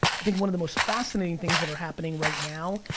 i think one of the most fascinating things that are happening right now,